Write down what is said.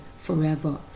forever